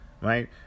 right